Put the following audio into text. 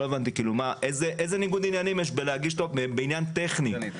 לא הבנתי, איזה ניגוד עניינים יש בעניין טכני?